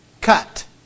cut